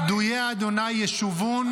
-- "ופדויי ה' ישובון,